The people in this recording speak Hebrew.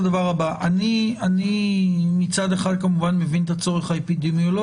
מצד אחד אני כמובן מבין את הצורך האפידמיולוגי,